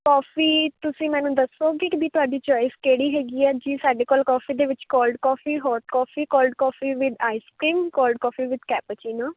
coffee ਤੁਸੀਂ ਮੈਨੂੰ ਦੱਸੋਗੇ ਬੀ ਤੁਹਾਡੀ ਚੋਇਸ ਕਿਹੜੀ ਹੈਗੀ ਹੈ ਜੀ ਸਾਡੇ ਕੋਲ ਕੋਫੀ ਦੇ ਵਿੱਚ cold hot coffee coffee with ice cream cold coffee with cappuccino